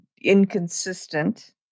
inconsistent